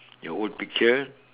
your old picture